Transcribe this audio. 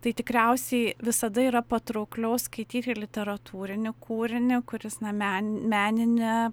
tai tikriausiai visada yra patraukliau skaityti literatūrinį kūrinį kuris na men menine